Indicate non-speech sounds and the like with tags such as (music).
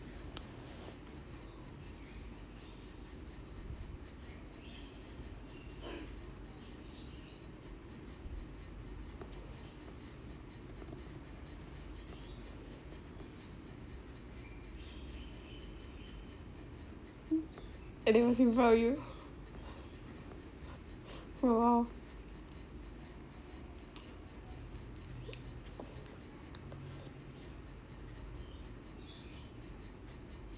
(noise) anyone sit in front of you (laughs) (breath) for a while (noise)